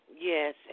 yes